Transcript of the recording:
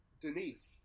Denise